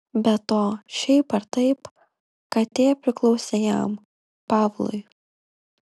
be to šiaip ar taip katė priklausė jam pavlui